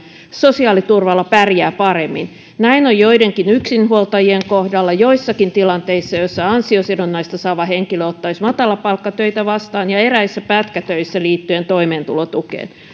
sosiaaliturvalla pärjää paremmin näin on joidenkin yksinhuoltajien kohdalla joissakin tilanteissa joissa ansiosidonnaista saava henkilö ottaisi matalapalkkatöitä vastaan ja eräissä pätkätöissä liittyen toimeentulotukeen